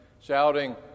shouting